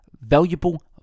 valuable